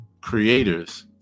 creators